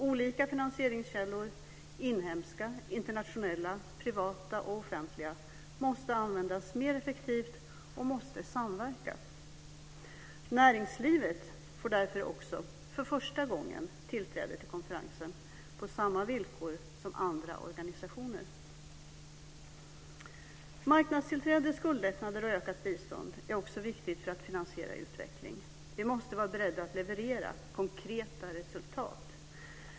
Olika finanseringskällor, inhemska, internationella, privata och offentliga, måste användas mer effektivt och måste samverka. Näringslivet får därför också för första gången tillträde till konferensen på samma villkor som andra organisationer. Marknadstillträde, skuldlättnader och ökat bistånd är också viktigt för att finansiera utveckling. Vi måste vara beredda att leverera konkreta resultat.